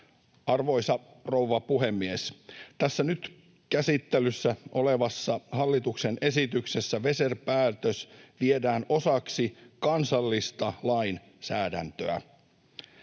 Arvoisa rouva puhemies! Tässä nyt käsittelyssä olevassa hallituksen esityksessä Weser-päätös viedään osaksi kansallista lainsäädäntöä.